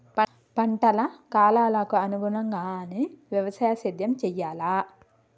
పంటల కాలాలకు అనుగుణంగానే వ్యవసాయ సేద్యం చెయ్యాలా?